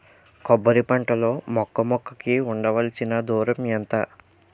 కొబ్బరి పంట లో మొక్క మొక్క కి ఉండవలసిన దూరం ఎంత